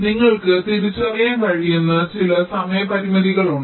നിങ്ങൾക്ക് തിരിച്ചറിയാൻ കഴിയുന്ന ചില സമയ പരിമിതികളുണ്ട്